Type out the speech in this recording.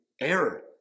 error